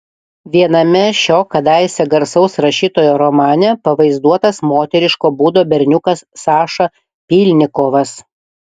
viename šio kadaise garsaus rašytojo romane pavaizduotas moteriško būdo berniukas saša pylnikovas